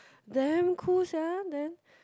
damn cool sia then